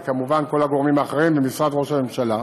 וכמובן כל הגורמים האחרים ומשרד ראש הממשלה,